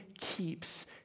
keeps